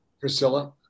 Priscilla